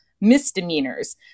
misdemeanors